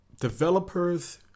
developers